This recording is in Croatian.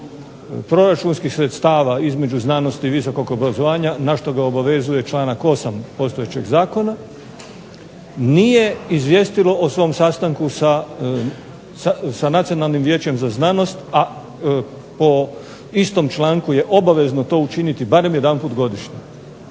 proračunskih sredstava između znanosti i visokog obrazovanja na što ga obavezuje članak 8. postojeće zakona. Nije izvijestilo o svom sastanku sa Nacionalnim vijećem za znanost, a po istom članku je obavezno to učiniti barem jedanput godišnje.